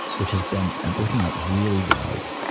which has been working out really well.